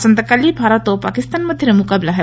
ଆସନ୍ତାକାଲି ଭାରତ ଓ ପାକିସ୍ତାନ ମଧ୍ୟରେ ମୁକାବିଲା ହେବ